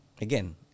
Again